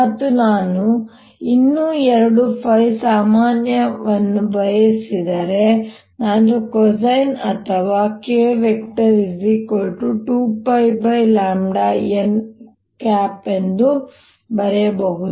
ಮತ್ತು ನಾನು ಇನ್ನೂ ಎರಡು ϕ ಸಾಮಾನ್ಯವನ್ನು ಬಯಸಿದರೆ ನಾನು ಕೊಸೈನ್ ಅಥವಾ k2πn ಎಂದು ಬರೆಯಬಹುದು